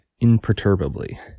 imperturbably